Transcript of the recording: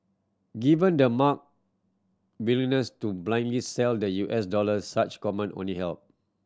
given the mark willingness to blindly sell the U S dollars such comment only help